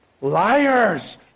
Liars